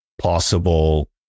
possible